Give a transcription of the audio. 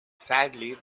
sadly